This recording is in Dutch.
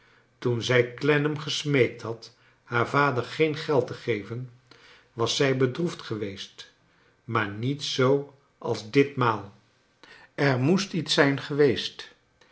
toen zij clennam gesmeekt had haar vader geen geld te geven was zij bedroefd geweest maar niet zoo als ditmaal er moest iets zijn geweest